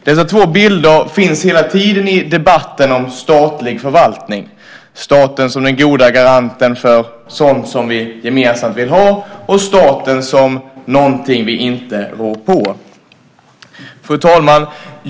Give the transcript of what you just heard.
Dessa två bilder finns hela tiden i debatten om statlig förvaltning - staten som den goda garanten för sådant som vi gemensamt vill ha och staten som något som vi inte rår på. Fru talman!